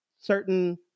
certain